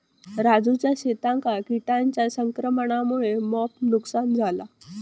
राजूच्या शेतांका किटांच्या संक्रमणामुळा मोप नुकसान झाला